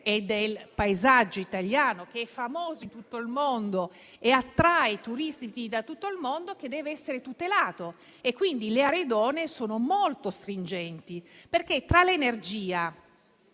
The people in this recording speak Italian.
e del paesaggio italiano, che è famoso in tutto il mondo e attrae turisti da tutto il mondo, che deve essere tutelato, e quindi le aree idonee sono molto stringenti. Infatti tra l'energia,